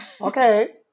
Okay